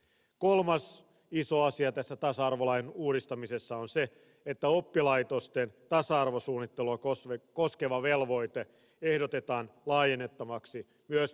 kolmas iso asia tässä tasa arvolain uudistamisessa on se että oppilaitosten tasa arvosuunnittelua koskeva velvoite ehdotetaan laajennettavaksi myös perusopetukseen